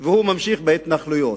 והוא ממשיך בהתנחלויות.